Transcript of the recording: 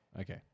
Okay